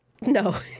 No